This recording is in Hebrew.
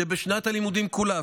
שבשנת הלימודים כולה,